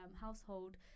household